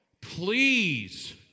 please